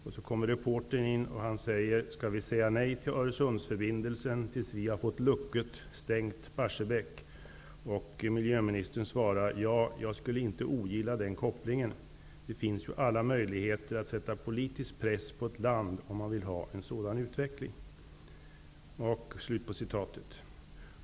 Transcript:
Sedan kommer reportern in och säger: ''Ska vi säga nej till Öresundsförbindelsen tills vi har fått lukket Miljöministern svarar: ''Ja, jag skulle inte ogilla den kopplingen. Det finns ju alla möjligheter att sätta politisk press på ett land om man vill ha en sådan utveckling --.''